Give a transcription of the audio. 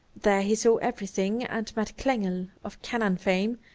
there he saw everything and met klengel, of canon fame,